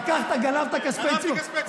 אדוני היו"ר.